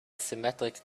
symmetric